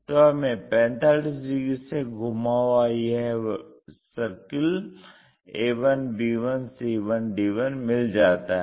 तो हमें 45 डिग्री से घुमा हुआ यह सर्किल a1b1c1d1 मिल जाता है